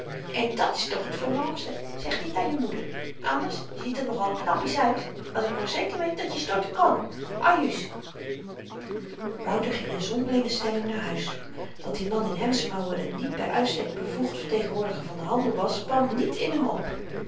en dat's toch t voornaamste zeg dit aan je moeder anders je ziet er nogal knappies uit als ik maar zeker weet dat je storten kan ajuus wouter ging in zonderlinge stemming naar huis dat die man in hemdsmouwen een niet by uitstek bevoegd vertegenwoordiger van den handel was kwam niet in hem op